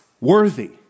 worthy